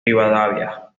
rivadavia